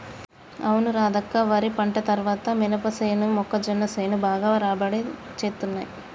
అవును రాధక్క వరి పంట తర్వాత మినపసేను మొక్కజొన్న సేను బాగా రాబడి తేత్తున్నయ్